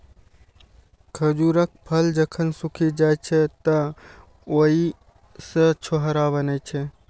खजूरक फल जखन सूखि जाइ छै, तं ओइ सं छोहाड़ा बनै छै